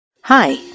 Hi